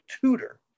tutor